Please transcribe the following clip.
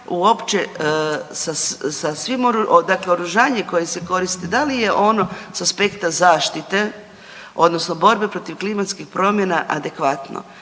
… /ne razumije se/ koje se koristi da li je ono sa aspekta zaštite odnosno borbe protiv klimatskih promjena adekvatno,